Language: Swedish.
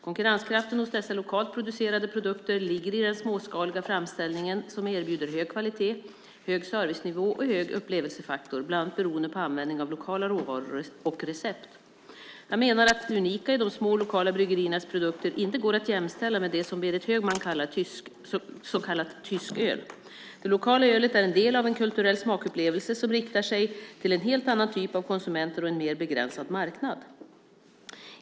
Konkurrenskraften hos dessa lokalt producerade produkter ligger i den småskaliga framställningen som erbjuder hög kvalitet, hög servicenivå och hög upplevelsefaktor, bland annat beroende på användning av lokala råvaror och recept. Jag menar att det unika i de små lokala bryggeriernas produkter inte går att jämställa med det som Berit Högman kallar "tysköl". Det lokala ölet är en del av en kulturell smakupplevelse som riktar sig till en helt annan typ av konsumenter och en mer begränsad marknad.